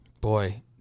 Boy